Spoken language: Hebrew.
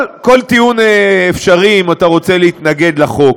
אבל כל טיעון אפשרי אם אתה רוצה להתנגד לחוק.